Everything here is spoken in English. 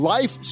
Life